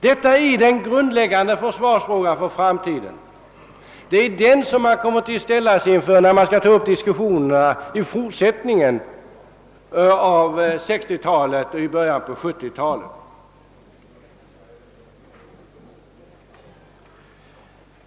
Detta är grundläggande för försvarsfrågan för framtiden. Det är detta spörsmål som man kommer att ställas inför när man skall ta upp debatten om vårt försvar i fortsättningen, under resten av 1960-talet och början på 1970-talet.